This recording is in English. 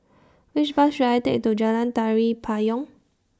Which Bus should I Take to Jalan Tari Payong